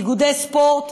איגודי ספורט,